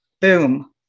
boom